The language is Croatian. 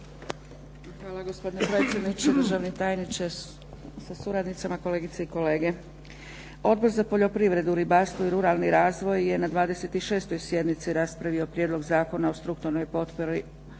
Hvala. Gospodine predsjedniče, državni tajniče sa suradnicima, kolegice i kolege. Odbor za poljoprivredu, ribarstvo i ruralni razvoj je na 26. sjednici raspravio Prijedlog Zakona o strukturnoj potpori